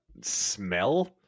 smell